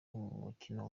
umukino